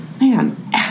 man